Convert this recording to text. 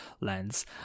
lens